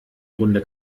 runde